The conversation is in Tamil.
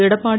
எடப்பாடி